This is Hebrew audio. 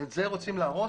את זה רוצים להרוס?